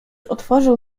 otworzył